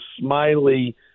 smiley